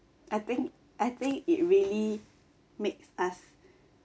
I think I think it really makes us